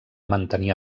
mantenir